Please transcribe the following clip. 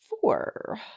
four